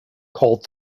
called